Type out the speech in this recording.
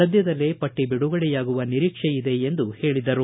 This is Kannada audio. ಸದ್ಯದಲ್ಲೇ ಪಟ್ಟಿ ಬಿಡುಗಡೆಯಾಗುವ ನಿರೀಕ್ಷೆ ಇದೆ ಎಂದು ಹೇಳಿದರು